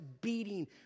beating